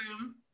room